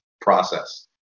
process